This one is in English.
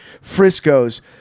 frisco's